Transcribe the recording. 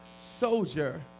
soldier